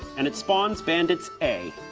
and it spawns bandits a,